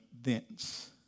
thence